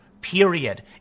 period